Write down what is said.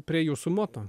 prie jūsų moto